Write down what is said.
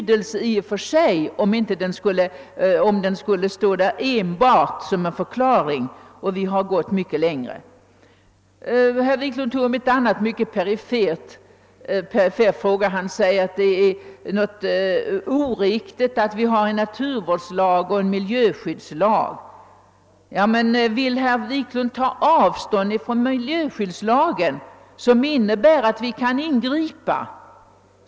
Men i och för sig har den ju ingen betydelse, om det som står i deklarationen bara är en förklaring, när vi har gått mycket längre. Sedan tog herr Wiklund upp en annan mycket perifer fråga och sade att det är oriktigt att ha en naturvårdslag och en miljöskyddslag. Vill herr Wiklund då ta avstånd från miljöskyddslagen, som innebär att vi kan ingripa?